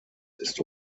ist